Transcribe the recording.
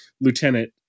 Lieutenant